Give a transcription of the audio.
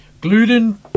Gluten